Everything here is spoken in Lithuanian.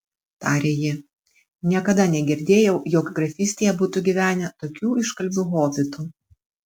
tarė ji niekada negirdėjau jog grafystėje būtų gyvenę tokių iškalbių hobitų